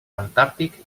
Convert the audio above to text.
antàrtic